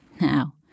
Now